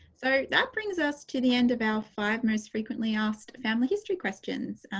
so, that brings us to the end of our five most frequently asked family history questions.